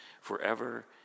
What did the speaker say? forever